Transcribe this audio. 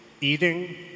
eating